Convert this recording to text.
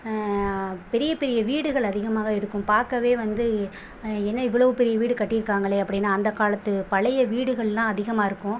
பெரிய பெரிய வீடுகள் அதிகமாக இருக்கும் பார்க்கவே வந்து என்ன இவ்வளோ பெரிய வீடு கட்டி இருக்காங்களே அப்படின்னு அந்த காலத்து பழைய வீடுகள்லாம் அதிகமாக இருக்கும்